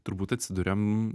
turbūt atsiduriam